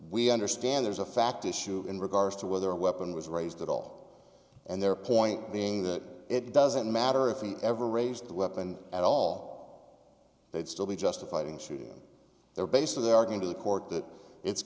we understand there's a fact issue in regards to whether a weapon was raised at all and their point being that it doesn't matter if he ever raised the weapon at all they'd still be justified in shooting their bases are going to the court that it's